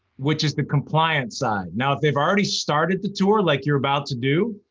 which is the compliant side. now, if they've already started the tour, like you're about to do,